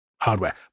hardware